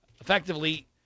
effectively